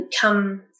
come